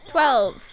Twelve